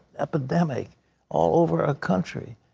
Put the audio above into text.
epidemic all over our country,